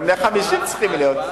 גם בני 50 צריכים להיות,